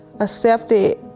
accepted